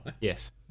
Yes